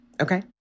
okay